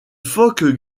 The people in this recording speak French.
phoque